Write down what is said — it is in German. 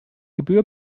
gebühr